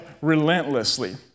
relentlessly